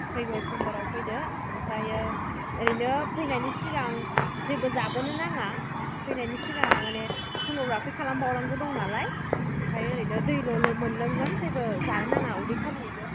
फैगौ समबाराव फैदो ओमफ्रायो ओरैनो फैनायनि सिगां जेबो जाबोनो नाङा फैनायनि सिगां माने सन'ग्राफि खालामबावनांगौ दं नालाय ओमफ्राय ओरैनो दै ल' मोनलोंगोन जेबो जानो नाङा उदै खालि जों